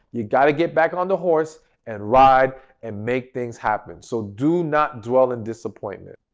you got to get back on the horse and ride and make things happen. so, do not dwell in disappointment.